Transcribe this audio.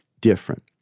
different